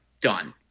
done